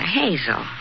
hazel